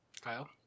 Kyle